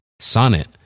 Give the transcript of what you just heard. Sonnet